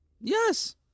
Yes